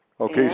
Okay